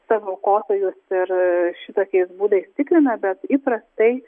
savo aukotojus ir šitokiais būdais tikrina bet įprastai